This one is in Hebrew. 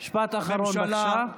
משפט אחרון, בבקשה.